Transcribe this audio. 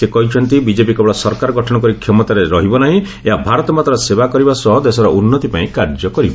ସେ କହିଛନ୍ତି ବିଜେପି କେବଳ ସରକାର ଗଠନ କରି କ୍ଷମତାରେ ରହିବ ନାହିଁ ଏହା ଭାରତମାତାର ସେବା କରିବା ସହ ଦେଶର ଉନ୍ନତି ପାଇଁ କାର୍ଯ୍ୟ କରିବ